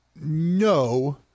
No